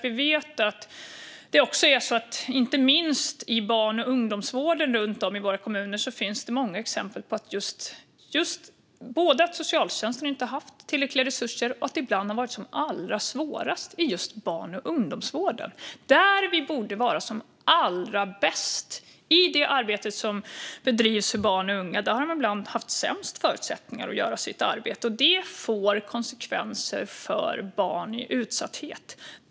Vi vet att det inte minst inom barn och ungdomsvården runt om i våra kommuner finns många exempel på att socialtjänsten inte har haft tillräckliga resurser och att det ibland har varit som allra svårast inom just barn och ungdomsvården. Där borde vi vara som allra bäst. I det arbete som bedrivs för barn och unga har man ibland haft sämst förutsättningar att göra sitt arbete. Det får konsekvenser för barn i utsatthet.